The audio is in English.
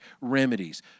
remedies